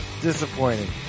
Disappointing